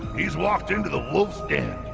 he's walked into the wolf's den.